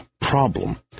problem